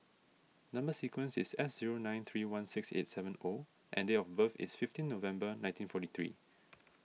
Number Sequence is S zero nine three one six eight seven O and date of birth is fifteen November nineteen forty three